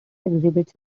exhibits